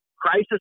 Crisis